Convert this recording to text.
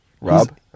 Rob